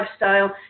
lifestyle